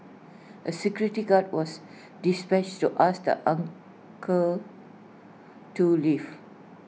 A security guard was dispatched to ask the uncle to leave